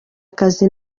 akazi